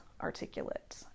articulate